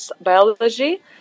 biology